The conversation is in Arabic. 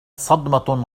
صدمة